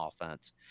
offense